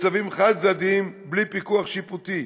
בצווים חד-צדדיים בלי פיקוח שיפוטי,